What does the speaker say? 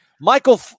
Michael